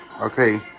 okay